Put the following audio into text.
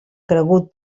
cregut